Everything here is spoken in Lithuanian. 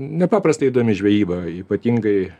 nepaprastai įdomi žvejyba ypatingai